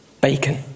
bacon